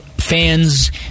fans